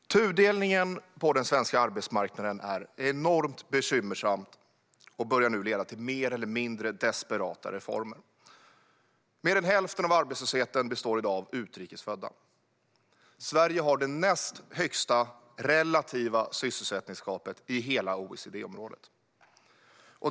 Herr talman! Tudelningen på den svenska arbetsmarknaden är enormt bekymmersam och börjar nu leda till mer eller mindre desperata reformer. Mer än hälften av arbetslösheten står i dag utrikes födda för. Sverige har det näst högsta relativa sysselsättningsgapet i hela OECD-området.